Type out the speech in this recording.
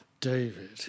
David